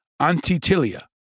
Antitilia